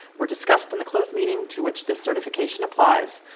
were discussed in the closed meeting to which this certification applies.